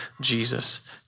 Jesus